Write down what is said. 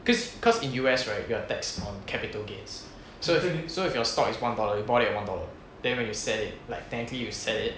cause cause in U_S right your tax on capital gains so if so if your stock is one dollar you bought it at one dollar then when you sell it like technically you sell it